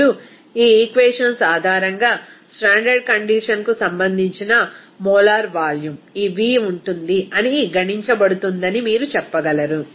ఇప్పుడు ఈ ఈక్వేషన్స్ ఆధారంగా స్టాండర్డ్ కండిషన్కు సంబంధించిన మోలార్ వాల్యూమ్ ఈ v ఉంటుంది అని గణించబడుతుందని మీరు చెప్పగలరు